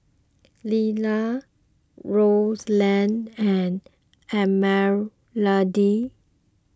Lilla Rowland and Esmeralda